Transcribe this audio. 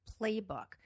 playbook